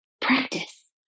practice